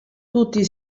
tutti